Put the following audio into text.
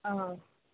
అ